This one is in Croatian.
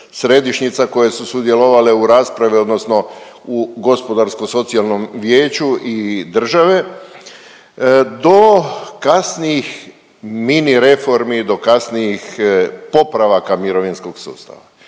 koje su sudjelovale u raspravi odnosno u gospodarsko-socijalnom vijeću i države, do kasnijih mini reformi, do kasnijih popravaka mirovinskog sustava.